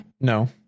No